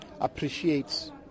appreciates